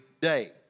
day